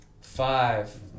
Five